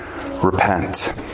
repent